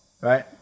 right